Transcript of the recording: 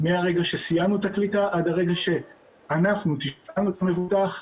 מהרגע שסיימנו את הקליטה עד הרגע שאנחנו תשאלנו א ת המבוטח,